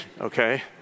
Okay